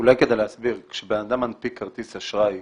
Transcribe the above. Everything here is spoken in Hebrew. אולי כדי להסביר כשבן אדם מנפיק כרטיס אשראי,